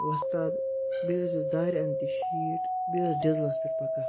وۄستاد بیٚیہِ ٲسِس دارِ انٛد تہِ شیٖٹ بیٚیہِ ٲسۍ ڈِزلَس پٮ۪ٹھ پَکان